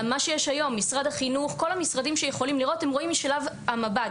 משרד החינוך וכל המשרדים שיכולים לראות רואים משלב המב"ד,